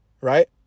right